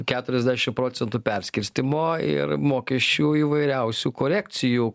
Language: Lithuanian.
keturiasdešim procentų perskirstymo ir mokesčių įvairiausių korekcijų